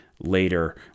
later